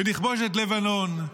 ונכבוש את לבנון,